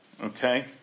okay